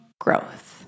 growth